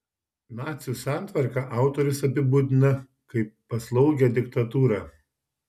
nacių santvarką autorius apibūdina kaip paslaugią diktatūrą